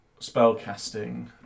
spellcasting